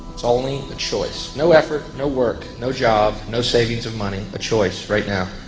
it's only a choice. no effort, no work, no job, no savings of money, a choice right now,